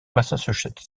massachusetts